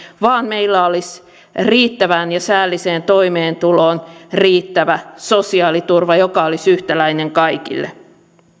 vaan meillä olisi riittävään ja säälliseen toimeentuloon riittävä sosiaaliturva joka olisi yhtäläinen kaikille